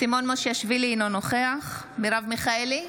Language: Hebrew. סימון מושיאשוילי, אינו נוכח מרב מיכאלי,